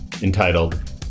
entitled